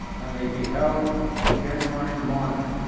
and they beheld the genuine monarch,